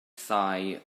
thai